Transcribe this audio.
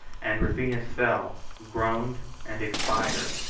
and rufinus fell, groaned, and expired,